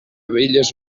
velles